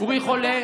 אורי חולה